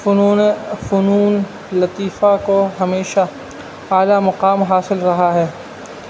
فنون فنون لطیفہ کو ہمیشہ اعلیٰ مقام حاصل رہا ہے